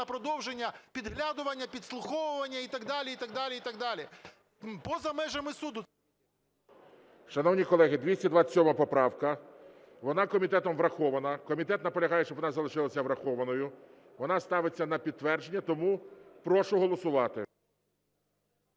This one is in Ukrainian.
на продовження підглядування, підслуховування і так далі, і так далі, і так далі. Поза межами суду… ГОЛОВУЮЧИЙ. Шановні колеги, 227 поправка, вона комітетом врахована. Комітет наполягає, щоб вона залишилася врахованою. Вона ставиться на підтвердження. Тому прошу голосувати.